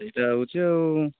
ସେଇଟା ହେଉଛି ଆଉ